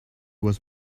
was